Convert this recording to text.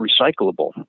recyclable